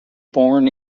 born